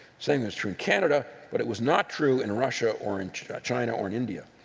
same is true in canada, but it was not true in russia or in china or india.